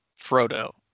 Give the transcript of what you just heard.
Frodo